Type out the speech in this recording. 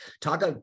Talk